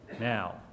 now